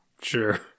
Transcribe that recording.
Sure